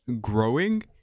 Growing